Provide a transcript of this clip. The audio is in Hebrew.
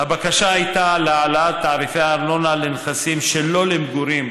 הבקשה הייתה להעלאת תעריפי הארנונה לנכסים שלא למגורים,